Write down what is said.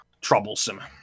troublesome